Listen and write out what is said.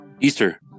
Easter